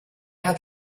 hat